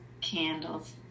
Candles